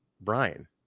Brian